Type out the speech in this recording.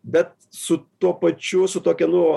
be su tuo pačių su tokia nu